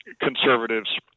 conservatives